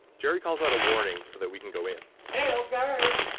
jerry calls out a warning so that we can go in males,